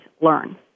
learn